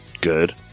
good